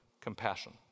compassion